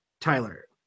Tyler